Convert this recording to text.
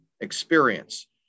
experience